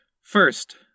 First